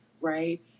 right